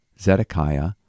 Zedekiah